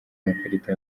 amakarita